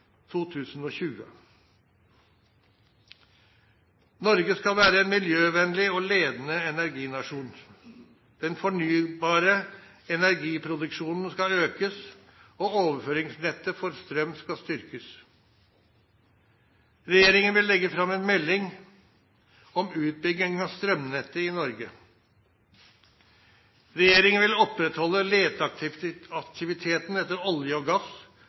Norge skal være en miljøvennlig og ledende energinasjon. Den fornybare energiproduksjonen skal økes, og overføringsnettet for strøm skal styrkes. Regjeringen vil legge fram en melding om utbygging av strømnettet i Norge. Regjeringen vil opprettholde leteaktiviteten etter olje og gass,